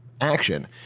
action